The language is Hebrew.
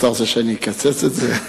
אתה רוצה שאני אקצץ את זה?